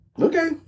Okay